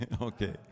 Okay